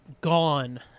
gone